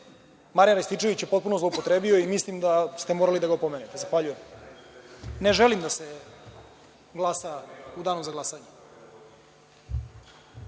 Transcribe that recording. Marijan Rističević je potpuno zloupotrebio i mislim da ste morali da ga opomenete. Zahvaljujem. Ne želim da se glasa u danu za glasanje.